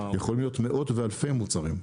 יכולים להיות מאות ואלפי מוצרים.